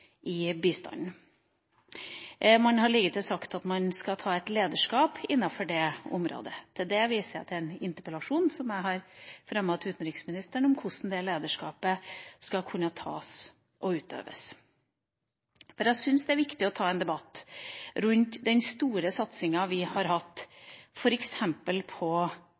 i bistanden. Man har liketil sagt at man skal ta et lederskap innenfor det området. Til det viser jeg til en interpellasjon som jeg har fremmet til utenriksministeren, om hvordan det lederskapet skal kunne tas og utøves. Jeg syns det er viktig å ta en debatt rundt den store satsinga vi har hatt f.eks. på